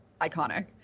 iconic